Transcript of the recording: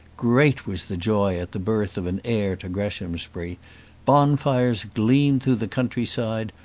great was the joy at the birth of an heir to greshamsbury bonfires gleamed through the country-side,